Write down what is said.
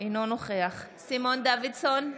אינו נוכח סימון דוידסון,